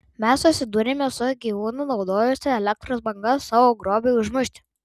mes susidūrėme su gyvūnu naudojusiu elektros bangas savo grobiui užmušti